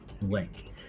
link